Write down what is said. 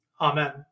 Amen